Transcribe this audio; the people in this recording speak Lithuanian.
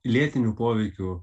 lėtiniu poveikiu